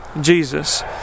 Jesus